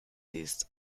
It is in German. siehst